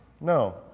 No